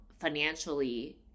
financially